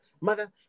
mother